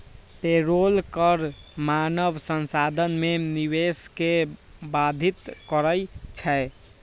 payroll कर मानव संसाधन में निवेश के बाधित करइ छै